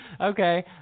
Okay